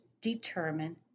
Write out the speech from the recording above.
determine